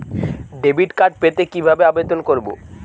Debit card পেতে কিভাবে আবেদন করব?